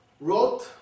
wrote